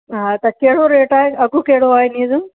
हा त कहिड़ो रेट आहे अघु कहिड़ो आहे इन जो